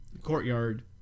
Courtyard